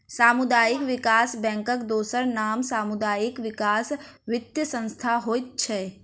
सामुदायिक विकास बैंकक दोसर नाम सामुदायिक विकास वित्तीय संस्थान होइत छै